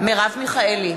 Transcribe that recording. אוסאמה סעדי,